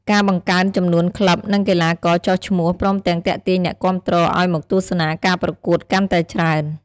ការបង្កើនចំនួនក្លឹប និងកីឡាករចុះឈ្មោះ ព្រមទាំងទាក់ទាញអ្នកគាំទ្រឱ្យមកទស្សនាការប្រកួតកាន់តែច្រើន។